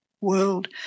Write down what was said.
world